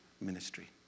ministry